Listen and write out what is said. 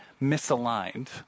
misaligned